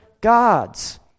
gods